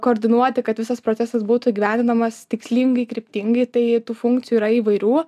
koordinuoti kad visas procesas būtų įgyvendinamas tikslingai kryptingai tai tų funkcijų yra įvairių